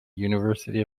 university